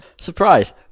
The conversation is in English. surprise